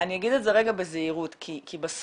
אני אגיד את זה רגע בזהירות כי בסוף,